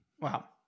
Wow